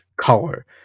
color